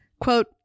Quote